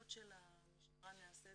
הפעילות של המשטרה נעשית